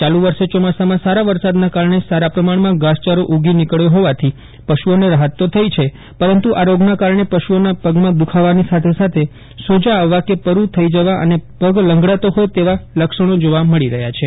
ચાલુ વર્ષે ચોમાસામાં સારા વરસાદના કારણે સારા પ્રમાણમાં ઘાસયારો ઊગી નીકળ્યો હોવાથી પશુ ઓને રાહત થઇ છે પરંતુ આ રોગના કારણે પશુઓના પગમાં દુઃખાવાની સાથેસાથે સોજા આવવા કે પરું થઇ જવા અને પગ લંગડાતો હોથ તેવાલક્ષણો જોવા મળી રહ્યા છે